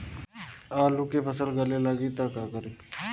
आलू के फ़सल गले लागी त का करी?